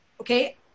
okay